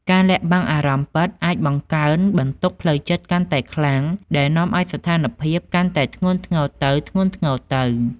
ការលាក់បាំងអារម្មណ៍ពិតអាចបង្កើនបន្ទុកផ្លូវចិត្តកាន់តែខ្លាំងដែលនាំឱ្យស្ថានភាពកាន់តែធ្ងន់ធ្ងរទៅៗ។